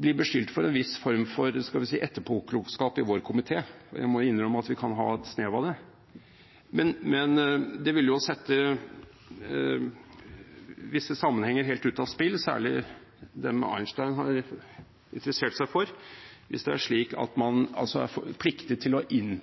bli beskyldt for en viss form for – skal vi si – etterpåklokskap i vår komité, og jeg må jo innrømme at vi kan ha en snev av det. Men det ville jo sette visse sammenhenger helt ut av spill – særlig dem Einstein har interessert seg for – hvis det er slik at man er pliktig til å